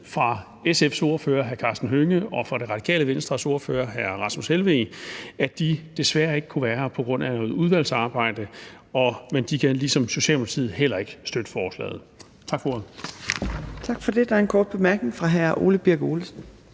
fra SF's ordfører, hr. Karsten Hønge, og fra Det Radikale Venstres ordfører, hr. Rasmus Helveg Petersen, og sige, at de desværre ikke kunne være her på grund af noget udvalgsarbejde, men at de ligesom Socialdemokratiet heller ikke kan støtte forslaget. Tak for ordet. Kl. 13:43 Fjerde næstformand (Trine